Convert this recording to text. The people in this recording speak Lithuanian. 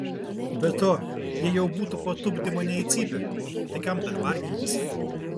be to jie jau būtų patupdę mane į cypę tai kam dar vargintis